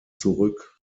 zurück